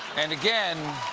and, again,